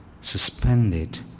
suspended